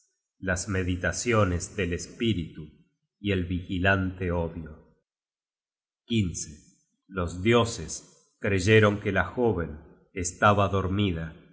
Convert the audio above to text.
las meditaciones del espíritu y el vigilante odio eos dioses creyeron que la jóven estaba